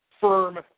firm